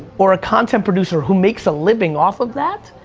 or a content producer who makes a living off of that,